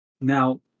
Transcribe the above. Now